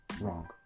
wrong